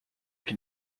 can